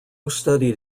studied